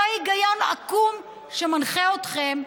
אותו היגיון עקום שמנחה אתכם,